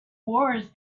wars